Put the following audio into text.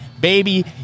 baby